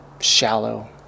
shallow